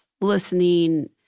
listening